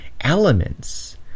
elements